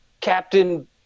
Captain